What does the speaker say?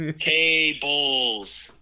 Tables